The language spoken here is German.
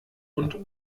und